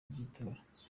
by’itora